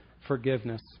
forgiveness